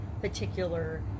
particular